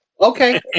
Okay